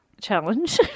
challenge